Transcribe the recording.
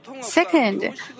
Second